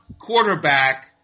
quarterback